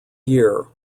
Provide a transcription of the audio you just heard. year